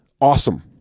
awesome